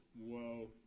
whoa